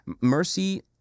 Mercy